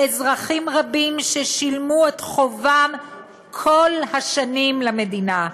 אזרחים רבים ששילמו את חובם כל השנים למדינה.